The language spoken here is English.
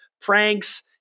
pranks